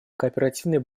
кооперативный